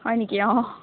হয় নেকি অঁ